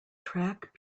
track